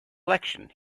election